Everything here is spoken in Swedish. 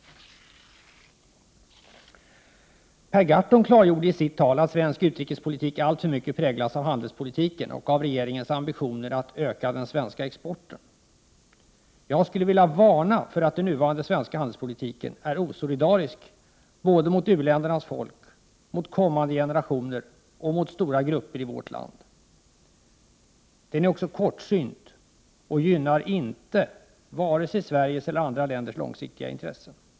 Per Gahrton klargjorde i sitt tal att svensk utrikespolitik alltför mycket präglas av handelspolitiken och av regeringens ambitioner att öka den svenska exporten. Jag skulle vilja varna för att den nuvarande svenska handelspolitiken är osolidarisk såväl mot u-ländernas folk som mot kommande generationer och mot stora grupper i vårt land. Den är också kortsynt, och den gynnar inte vare sig Sveriges eller andra länders långsiktiga intressen.